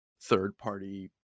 third-party